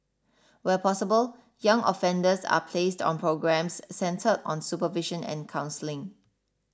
where possible young offenders are placed on programmes centred on supervision and counselling